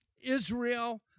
Israel